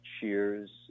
Cheers